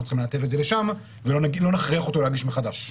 צריכים לנתב את זה לשם ולא נכריח אותו להגיש מחדש.